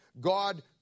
God